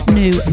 new